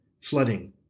flooding